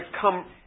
come